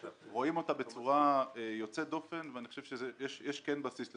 רואים אותה בצורה יוצאת דופן ואני חושב שיש שכן יש לזה בסיס.